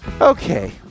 Okay